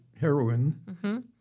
Heroin